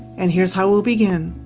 and here's how we'll begin.